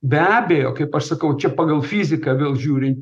be abejo kaip aš sakau čia pagal fiziką vėl žiūrint